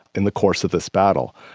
in the course of this battle.